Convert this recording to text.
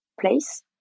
place